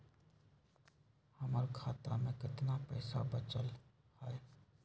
हमर खाता में केतना पैसा बचल हई?